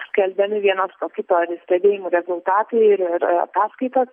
skelbiami vienas po kito stebėjimų rezultatai ir ir ataskaitos